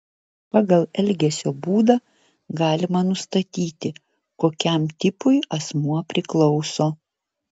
pagal elgesio būdą galima nustatyti kokiam tipui asmuo priklauso